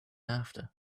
after